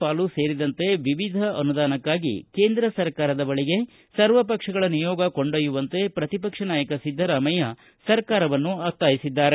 ಪಾಲು ಸೇರಿದಂತೆ ವಿವಿಧ ಅನುದಾನಕ್ಕಾಗಿ ಕೇಂದ್ರ ಸರ್ಕಾರದ ಬಳಿಗೆ ಸರ್ವಪಕ್ಷಗಳ ನಿಯೋಗ ಕೊಂಡೊಯ್ಯುವಂತೆ ಪ್ರತಿಪಕ್ಷದ ನಾಯಕ ಸಿದ್ದರಾಮಯ್ಯ ಸರ್ಕಾರವನ್ನು ಒತ್ತಾಯಿಸಿದ್ದಾರೆ